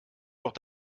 doch